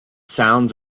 sounds